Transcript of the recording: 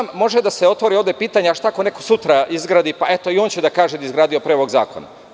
Može da se otvori pitanje, šta ako neko sutra izgradi pa će da kaže da je i on izgradio pre ovog zakona.